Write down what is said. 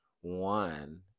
one